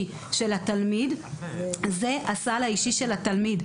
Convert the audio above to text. של התלמיד זה הסל האישי של התלמיד.